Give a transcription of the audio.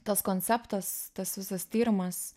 tas konceptas tas visas tyrimas